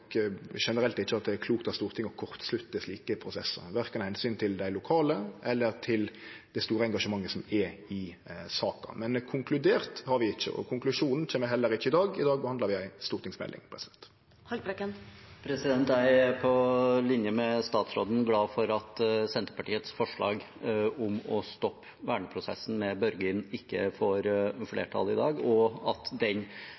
generelt ikkje at det er klokt av Stortinget å kortslutte slike prosessar, verken av omsyn til dei lokale eller til det store engasjementet som er i saka. Men konkludert har vi ikkje, og konklusjonen kjem heller ikkje i dag. I dag behandlar vi ei stortingsmelding. Jeg er på lik linje med statsråden glad for at Senterpartiets forslag om å stoppe verneprosessen med Børgin ikke får flertall i dag, og at den